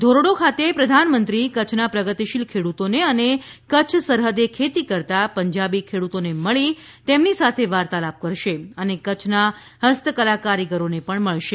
ધોરડો ખાતે પ્રધાનમંત્રી કચ્છના પ્રગતિશીલ ખેડૂતોને અને કચ્છ સરહદે ખેતી કરતા પંજાબી ખેડૂતોને મળી તેમને સાથે વાર્તાલાપ કરશે અને કચ્છના ફસ્તકલા કારીગરોને પણ મળશે